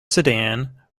sedan